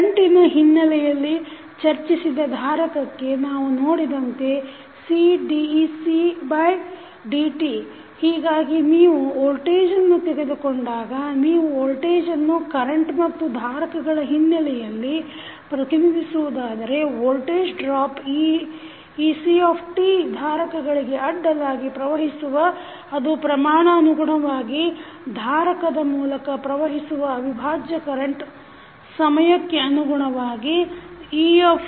ಕರೆಂಟಿನ ಹಿನ್ನೆಲೆಯಲ್ಲಿ ಚರ್ಚಿಸಿದ ಧಾರಕಕ್ಕೆ ನಾವು ನೋಡಿದಂತೆ CdeCdt ಹೀಗಾಗಿ ನೀವು ವೋಲ್ಟೇಜನ್ನು ತೆಗೆದುಕೊಂಡಾಗ ನೀವು ವೋಲ್ಟೇಜನ್ನು ಕರಂಟ್ ಮತ್ತು ಧಾರಕಗಳ ಹಿನ್ನೆಲೆಯಲ್ಲಿ ಪ್ರತಿನಿಧಿಸುವುದಾದರೆ ವೋಲ್ಟೇಜ್ ಡ್ರಾಪ್ ect ಧಾರಕಗಳಿಗೆ ಅಡ್ಡಲಾಗಿ ಪ್ರವಹಿಸುವ ಅದು ಪ್ರಮಾಣಾನುಗುಣವಾಗಿ ಧಾರಕದ ಮೂಲಕ ಪ್ರವಹಿಸಿವ ಅವಿಭಾಜ್ಯ ಕರೆಂಟ್ ಸಮಯಕ್ಕೆ ಅನುಗುಣವಾಗಿ ectiCdt